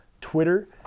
Twitter